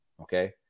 okay